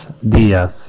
días